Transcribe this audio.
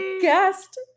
guest